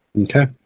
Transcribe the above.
Okay